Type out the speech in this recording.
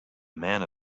man